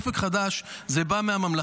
אופק חדש זה בא מהממלכתי,